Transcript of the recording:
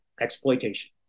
exploitation